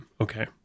Okay